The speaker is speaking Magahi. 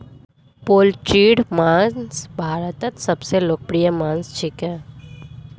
पोल्ट्रीर मांस भारतत सबस लोकप्रिय मांस छिके